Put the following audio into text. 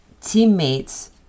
teammates